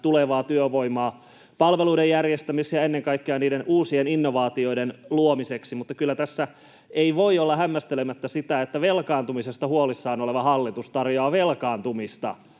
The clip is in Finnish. tulevaa työvoimaa palveluiden järjestämiseen ja ennen kaikkea uusien innovaatioiden luomiseksi. Mutta ei tässä voi olla hämmästelemättä sitä, että velkaantumisesta huolissaan oleva hallitus tarjoaa velkaantumista